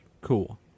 cool